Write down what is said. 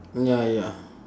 ya ya